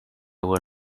will